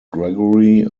gregory